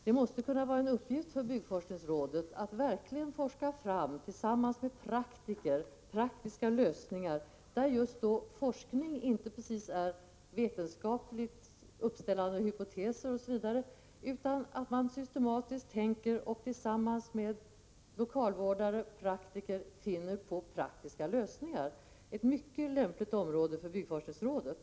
Det måste kunna vara en uppgift för byggforskningsrådet att man verkligen forskar fram, tillsammans med praktiker, praktiska lösningar där forskning inte precis är vetenskapligt uppställande av hypoteser, osv. I stället kan man tänka systematiskt och försöka finna praktiska lösningar tillsammans med lokalvårdare och praktiker. Det är, som sagt, ett mycket lämpligt område för byggforskningsrådet.